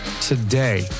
today